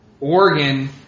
Oregon